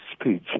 speech